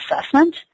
assessment